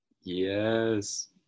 Yes